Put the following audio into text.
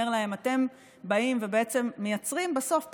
שאומר להם: אתם באים ובעצם מייצרים בסוף פסולת,